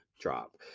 drop